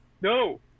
No